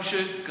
לפיד,